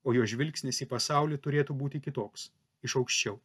o jo žvilgsnis į pasaulį turėtų būti kitoks iš aukščiau